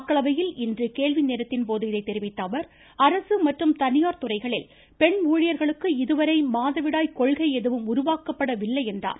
மக்களவையில் இன்று கேள்வி நேரத்தின்போது இதை தெரிவித்த அவர் அரசு மற்றும் தனியார் துறைகளில் பெண் ஊழியர்களுக்கு இதுவரை மாதவிடாய் கொள்கை எதுவும் உருவாக்கப்படவில்லை என்றார்